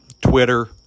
Twitter